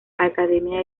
academia